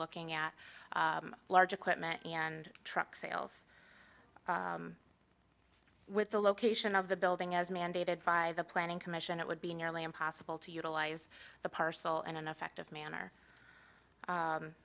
looking at large equipment and truck sales with the location of the building as mandated by the planning commission it would be nearly impossible to utilize the parcel and in effect of manner